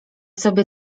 sobie